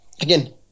Again